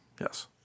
yes